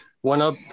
one-up